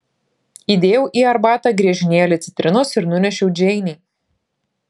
įdėjau į arbatą griežinėlį citrinos ir nunešiau džeinei